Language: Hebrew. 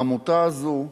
העמותה הזאת,